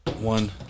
one